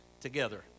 together